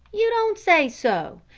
you don't say so!